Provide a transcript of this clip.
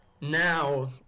now